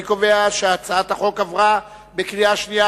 אני קובע שהצעת החוק התקבלה בקריאה שנייה.